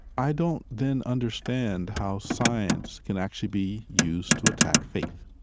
i don't then understand how science can actually be used to attack faith